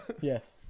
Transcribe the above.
Yes